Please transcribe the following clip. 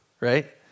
right